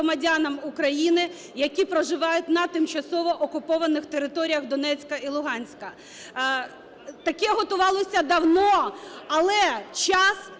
України, які проживають на тимчасово окупованих територіях Донецька і Луганська. Таке готувалося давно, але час